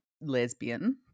lesbian